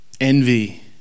Envy